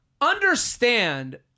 understand